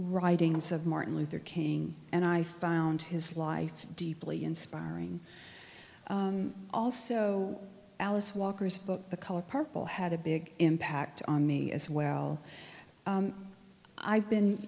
writing us of martin luther king and i found his life deeply inspiring also alice walker's book the color purple had a big impact on me as well i've been